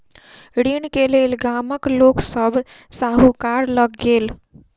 ऋण के लेल गामक लोक सभ साहूकार लग गेल